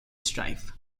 strife